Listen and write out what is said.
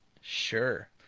Sure